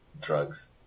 Drugs